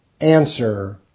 Answer